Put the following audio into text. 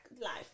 life